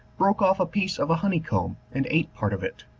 broke off a piece of a honey-comb, and ate part of it.